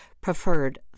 preferred